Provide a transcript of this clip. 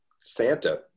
Santa